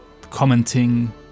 commenting